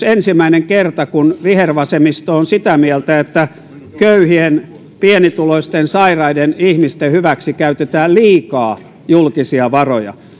ensimmäinen kerta kun vihervasemmisto on sitä mieltä että köyhien pienituloisten sairaiden ihmisten hyväksi käytetään liikaa julkisia varoja